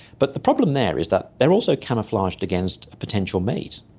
but the problem there is that they're also camouflaged against a potential mate.